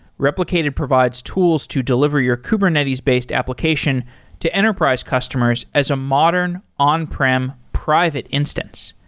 replicated provides tools to deliver your kubernetes-based application to enterprise customers as a modern on prem private instance.